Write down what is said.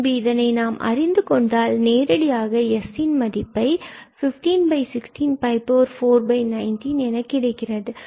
பின்பு இதனை நாம் அறிந்து கொண்டால் நேரடியாக S இதன் மதிப்பு 1516 490 என்று கிடைக்கிறது